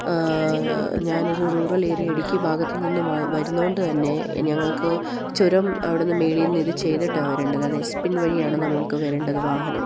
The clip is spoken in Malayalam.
ഞാൻ ഒരു റൂറൽ ഏരിയ ഇടുക്കി ഭാഗത്തിൽ നിന്ന് വ വരുന്നത് കൊണ്ട് തന്നെ ഞങ്ങൾക്ക് ചുരം അവിടുന്ന് മുകളിൽ നിന്ന് ഇത് ചെയ്തിട്ടാണ് വരേണ്ട അതായത് എസ് പിൻ വഴിയാണ് നമ്മൾക്ക് വരേണ്ടത് വാഹനം